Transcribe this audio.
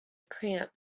cramp